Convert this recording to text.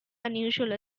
unusual